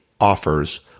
offers